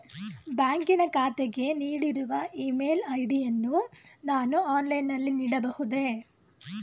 ಬ್ಯಾಂಕಿನ ಖಾತೆಗೆ ನೀಡಿರುವ ಇ ಮೇಲ್ ಐ.ಡಿ ಯನ್ನು ನಾನು ಆನ್ಲೈನ್ ನಲ್ಲಿ ನೀಡಬಹುದೇ?